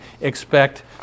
expect